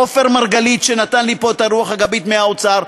לעופר מרגלית שנתן לי פה את הרוח הגבית מהאוצר,